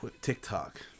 TikTok